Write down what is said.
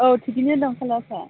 औ थिगैनो दं कालारफोरा